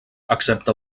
excepte